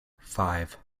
five